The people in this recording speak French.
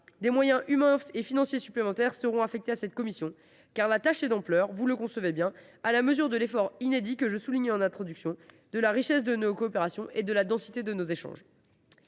des moyens humains et financiers supplémentaires seront affectés à cette commission, car sa tâche, d’ampleur – vous le concevez bien –, est à la mesure de l’effort inédit que je relevais en introduction de mon propos, de la richesse de nos coopérations et de la densité de nos échanges.